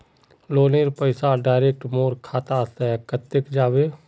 लोनेर पैसा डायरक मोर खाता से कते जाबे?